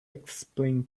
explain